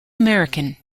american